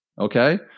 Okay